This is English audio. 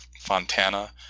Fontana